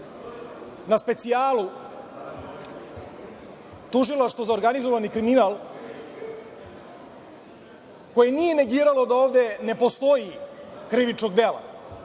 na specijalu u Tužilaštvo za organizovani kriminal, koje nije negiralo da ovde ne postoji krivično delo.